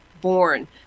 born